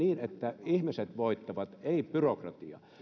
niin että ihmiset voittavat ei byrokratia